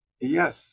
Yes